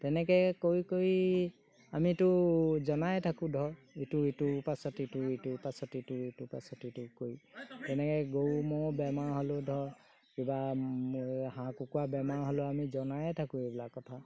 তেনেকৈ কৰি কৰি আমিতো জনায়ে থাকোঁ ধৰক ইটো ইটো পাছত ইটো ইটো পাছত ইটো ইটো পাছত ইটো কৰি তেনেকৈ গৰু ম'হ বেমাৰ হ'লেও ধৰক কিবা হাঁহ কুকুৰা বেমাৰ হ'লেও আমি জনাই থাকোঁ এইবিলাক কথা